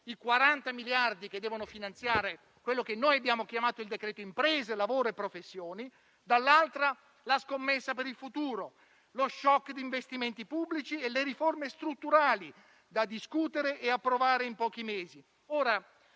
(i 40 miliardi che devono finanziare quello che noi abbiamo chiamato il decreto imprese, lavoro e professioni), dall'altra, la scommessa per il futuro, lo *shock* di investimenti pubblici e le riforme strutturali da discutere e approvare in pochi mesi.